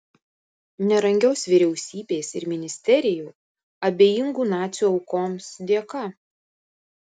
nerangios vyriausybės ir ministerijų abejingų nacių aukoms dėka